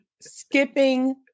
skipping